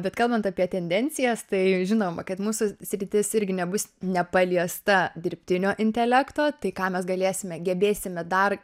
bet kalbant apie tendencijas tai žinoma kad mūsų sritis irgi nebus nepaliesta dirbtinio intelekto tai ką mes galėsime gebėsime dar